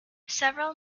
several